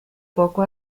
poco